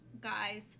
guys